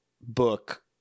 book